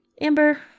Amber